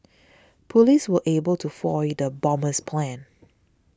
police were able to foil the bomber's plans